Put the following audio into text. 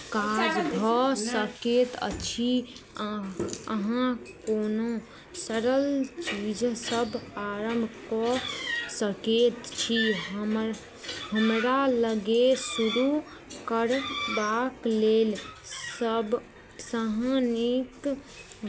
काज भऽ सकैत अछि अह अहाँ कोनो सरल चीजसभ आरम्भ कऽ सकैत छी हमर हमरा लग शुरू करबाक लेल सभसँ नीक